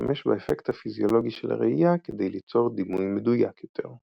ולהשתמש באפקט הפיזיולוגי של הראייה כדי ליצור דימוי מדויק יותר.